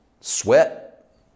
sweat